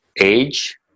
age